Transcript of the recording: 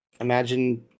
imagine